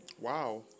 Wow